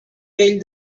vell